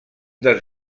dels